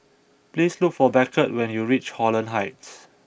please look for Beckett when you reach Holland Heights